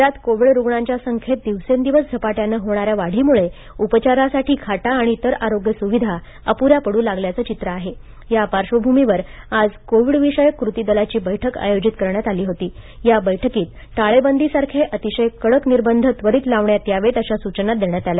राज्यात कोविड रुग्णांच्या संख्येत दिवसेंदिवस झपाट्याने होणाऱ्या वाढीमुळे उपचारासाठी खाटा आणि इतर आरोग्य सुविधा अपुऱ्या पडू लागल्याचं चित्र आहे त्या पार्श्वभूमीवर आज कोविडविषयक कृती दलाची बैठक आयोजित करण्यात आली होती या बैठकीत टाळेबंदीसारखे अतिशय कडक निर्बंध त्वरित लावण्यात यावेत अशा सूचना देण्यात आल्या